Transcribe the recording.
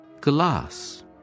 Glass